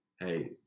Hey